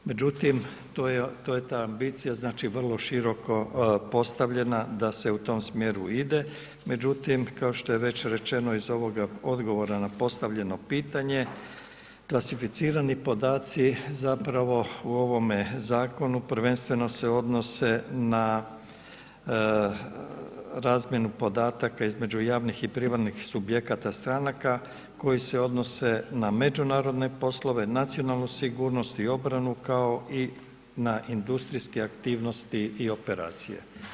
Međutim, to je ta ambicija, znači vrlo široko postavljena da se u tom smjeru ide, međutim, kao što je već rečeno iz ovog odgovora na postavljeno pitanje, klasificirani podaci zapravo u ovome zakonu prvenstveno se odnose na razmjenu podataka između javnih i primarnih subjekata stranaka koje se odnose na međunarodne poslove, nacionalnu sigurnost i obranu, kao i na industrijske aktivnosti i operacije.